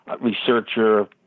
researcher